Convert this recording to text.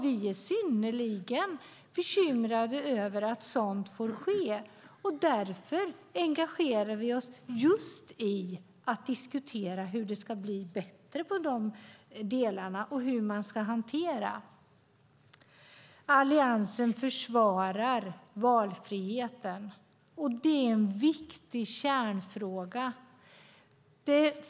Vi är synnerligen bekymrade över att sådant får ske, och därför engagerar vi oss i att diskutera hur det ska bli bättre i dessa delar och hur man ska hantera det. Alliansen försvarar valfriheten. Det är en kärnfråga.